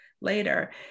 later